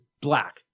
black